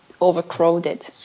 overcrowded